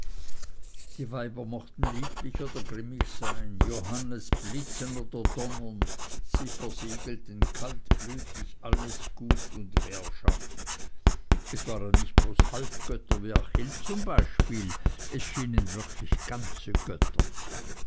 die weiber mochten lieblich oder grimmig tun johannes blitzen oder donnern sie versiegelten kaltblütig alles gut und währschaft es waren nicht bloß halbgötter wie achill zum beispiel es schienen wirklich ganze götter